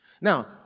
Now